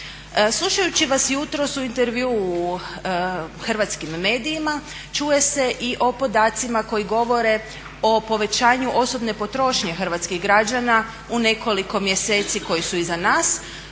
Slušajući vas jutros u intervjuu u hrvatskim medijima čuje se i o podacima koji govore o povećanju osobne potrošnje hrvatskih građana u nekoliko mjeseci koji su iza nas.